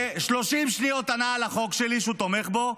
ו-30 שניות ענה על החוק שלי, שהוא תומך בו,